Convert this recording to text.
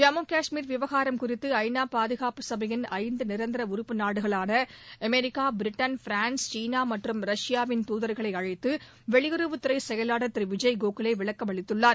ஜம்மு கஷ்மீர் விவகாரம் குறித்து ஐ நா பாதுகாப்பு சபையின் ஐந்து நிரந்தர உறுப்பு நாடுகளான அமெரிக்கா பிரிட்டன் பிரான்ஸ் சீனா மற்றும் ரஷ்பாவின் தூதர்களை அழைத்து வெளியுறவுத் துறை திரு விஜய் கோகலே விளக்கம் அளித்துள்ளார்